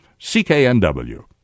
CKNW